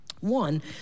One